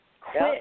quit